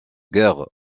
guerre